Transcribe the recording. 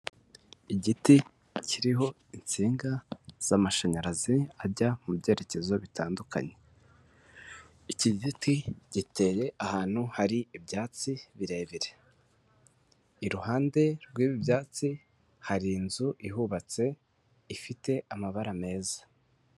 Igiti kiriho insinga z'amashanyarazi ajya mu byerekezo bitandukanye, iki giti giteye ahantu hari ibyatsi birebire, iruhande rw'ibi byatsi hari inzu ihubatse ifite amabara meza.